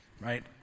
right